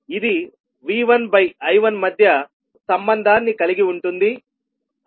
ఇది V1I1 మధ్య సంబంధాన్ని కలిగి ఉంటుంది అలాగే h12V1V2